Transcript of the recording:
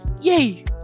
yay